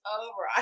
over